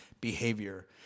behavior